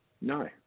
No